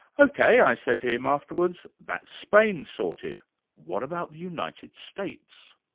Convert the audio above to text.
ok, i said to him afterwards, that's spain sorted what about the united states?